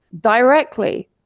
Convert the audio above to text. directly